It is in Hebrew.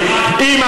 שינוי.